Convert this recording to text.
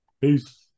Peace